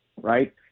right